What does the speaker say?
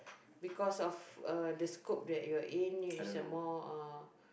because of uh the scope that you are in it's more uh